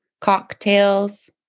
Cocktails